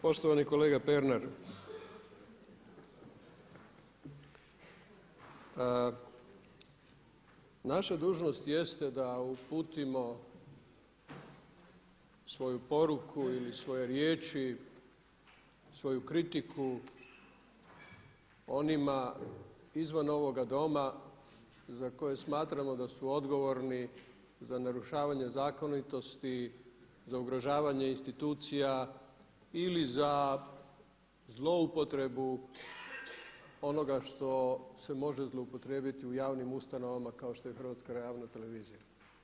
Poštovani kolega Pernar, naša dužnost jeste da uputimo svoju poruku ili svoje riječi, svoju kritiku onima izvan ovoga doma za koje smatramo da su odgovorni za narušavanje zakonitosti, za ugrožavanje institucija ili za zloupotrebu onoga što se može zloupotrijebiti u javnim ustanovama kao što je hrvatska javna televizija.